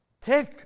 take